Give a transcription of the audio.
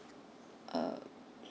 um